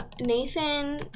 Nathan